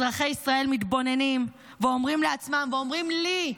אזרחי ישראל מתבוננים ואומרים לעצמם ואומרים לי,